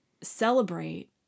celebrate